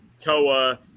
Toa